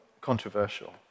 controversial